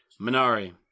Minari